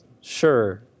sure